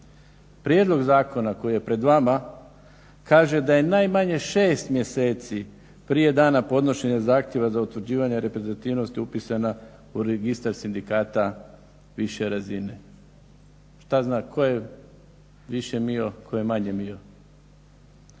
Prijedlog zakona koji je pred vama kaže da je najmanje 6 mjeseci prije dana podnošenja zahtjeva za utvrđivanje reprezentativnosti upisana u registar sindikata više razine. Šta zna, koje je više mio, ko je manje mio?